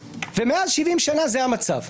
מאז, 70 שנה, זה המצב.